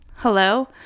Hello